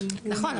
נכון,